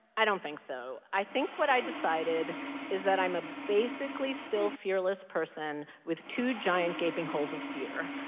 i don't think so. i think what i decided is that i'm a basically still fearless person with two giant, gaping holes of fear.